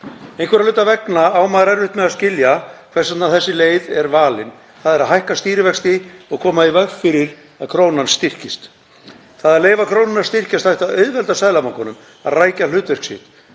Einhverra hluta vegna á maður erfitt með að skilja hvers vegna þessi leið er valin, að hækka stýrivexti og koma í veg fyrir að krónan styrkist. Það að leyfa krónunni að styrkjast ætti að auðvelda Seðlabankanum að rækja hlutverk sitt